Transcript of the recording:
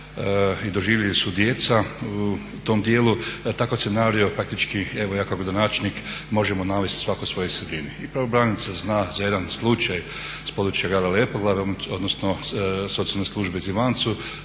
i doživjela su djeca u tom dijelu, takav scenarij praktički evo ja kao gradonačelnik možemo navesti svatko u svojoj sredini. I pravobraniteljica zna za jedan slučaj iz područja grada Lepoglave, odnosno socijalne službe u Ivancu